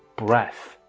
breath,